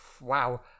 wow